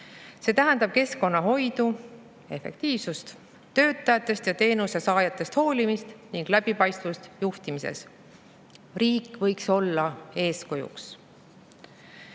See tähendab keskkonnahoidu, efektiivsust, töötajatest ja teenuse saajatest hoolimist ning läbipaistvust juhtimises. Riik võiks olla eeskujuks."See